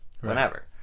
whenever